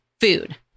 Food